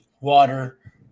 water